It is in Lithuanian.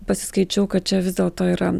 pasiskaičiau kad čia vis dėlto yra